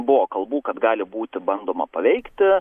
buvo kalbų kad gali būti bandoma paveikti